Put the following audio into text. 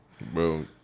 Bro